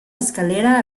escalera